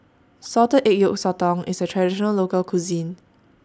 Salted Egg Yolk Sotong IS A Traditional Local Cuisine